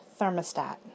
thermostat